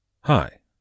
Hi